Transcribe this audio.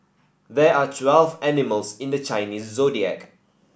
there are twelve animals in the Chinese Zodiac